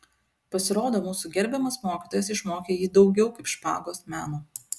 pasirodo mūsų gerbiamas mokytojas išmokė jį daugiau kaip špagos meno